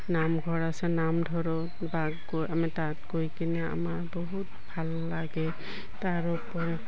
নামঘৰ আছে নাম ধৰোঁ বা গৈ আমি তাত গৈ কিনে আমাৰ বহুত ভাল লাগে তাৰোপৰি